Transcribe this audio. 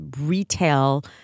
retail